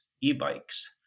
e-bikes